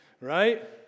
Right